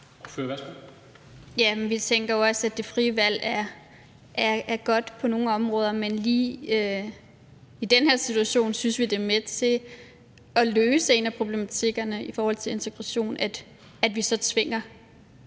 Vi tænker jo også, at det frie valg er godt på nogle områder, men lige i den her situation synes vi, at det er med til at løse en af problematikkerne i forhold til integration, at vi så tvinger